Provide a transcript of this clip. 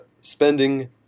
Spending